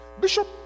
Bishop